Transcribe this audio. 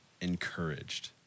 encouraged